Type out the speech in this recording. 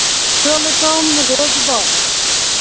ᱪᱮᱫ ᱞᱮᱠᱟᱢ ᱨᱮᱹᱴᱫᱟ